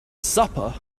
supper